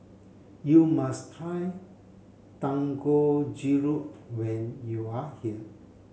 you must try Dangojiru when you are here